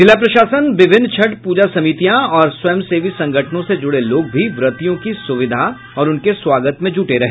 जिला प्रशासन विभिन्न छठ पूजा समितियों और स्वयं सेवी संगठनों से जुड़े लोग भी व्रतियों की सुविधा और उनके स्वागत में जुटे रहे